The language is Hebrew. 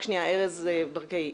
ארז ברקאי,